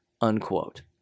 unquote